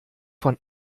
von